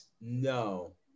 No